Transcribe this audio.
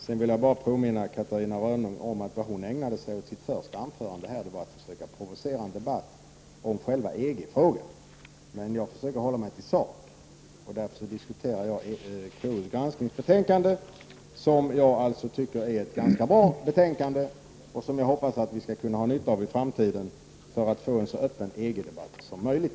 Jag vill sedan bara påminna Catarina Rönnung om att vad hon ägnade sig åt i sitt inledningsanförande var att försöka provocera fram en debatt om själva EG-frågan. Jag försöker emellertid att hålla mig till saken. Därför diskuterar jag KUs granskningsbetänkande, som jag tycker är ett ganska bra betänkande och som jag hoppas vi skall kunna ha nytta av i framtiden för att få en så öppen EG-debatt som möjligt.